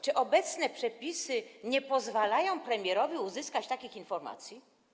Czy obecne przepisy nie pozwalają premierowi uzyskać takich informacji?